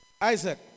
Isaac